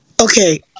Okay